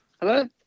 hello